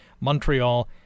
Montreal